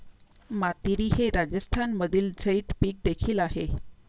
मातीरी हे राजस्थानमधील झैद पीक देखील आहे